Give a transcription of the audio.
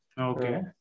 Okay